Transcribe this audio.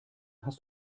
hast